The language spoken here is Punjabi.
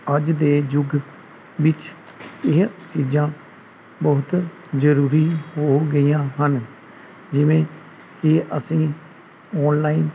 ਅੱਜ ਦੇ ਯੁੱਗ ਵਿੱਚ ਚੀਜ਼ਾਂ ਬਹੁਤ ਜ਼ਰੂਰੀ ਹੋ ਗਈਆਂ ਹਨ ਜਿਵੇਂ ਕਿ ਅਸੀਂ ਔਨਲਾਈਨ